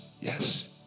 Yes